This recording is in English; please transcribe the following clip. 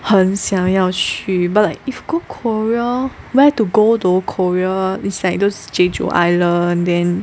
很想要去 but like if go Korea where to go though Korea is like those Jeju island then